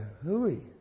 hooey